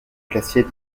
glacier